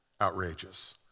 outrageous